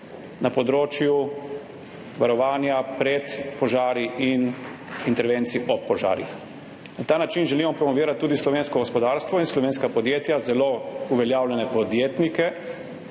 na področju varovanja pred požari in intervencij ob požarih. Na ta način želimo promovirati tudi slovensko gospodarstvo in slovenska podjetja, zelo uveljavljene podjetnike,